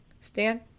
Stan